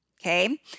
okay